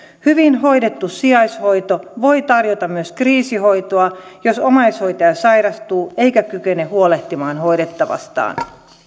hyvin hoidettu sijaishoito voi tarjota myös kriisihoitoa jos omaishoitaja sairastuu eikä kykene huolehtimaan hoidettavastaan